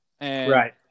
Right